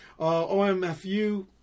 OMFU